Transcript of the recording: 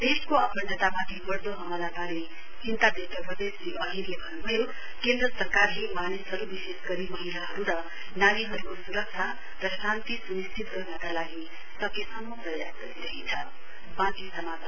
देशको अखण्डतामाथि बढ्दो हमलाबारे चिन्ता व्यक्त गर्दै श्री अहीरले भन्न भयो केन्द्र सरकारले मानिसहरू विशेष गरी महिलाहरू र नानीहरूको स्रक्षा र शान्ति स्निश्चित गर्नका लागि सकेसम्म प्रयास गरिरहेछ